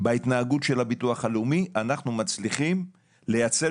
בהתנהגות של הביטוח הלאומי אנחנו מצליחים לייצר